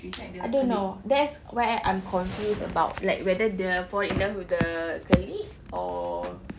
I don't know that's where I'm confused about like whether dia fall in love with the colleague or